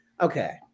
okay